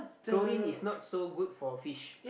chlorine is not so good for fish